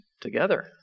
together